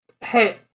Hey